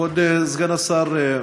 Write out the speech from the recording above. כבוד סגן השר,